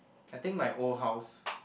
I think my old house